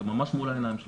זה ממש מול העיניים שלך.